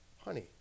Honey